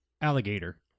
Alligator